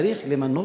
צריך למנות,